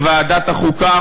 בוועדת החוקה,